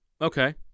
Okay